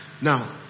Now